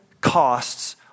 costs